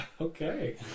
Okay